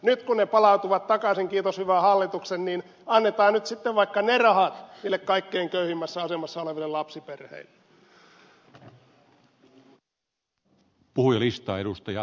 nyt kun ne palautuvat takaisin kiitos hyvän hallituksen niin annetaan nyt sitten vaikka ne rahat niille kaikkein köyhimmässä asemassa oleville lapsiperheille